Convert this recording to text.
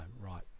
right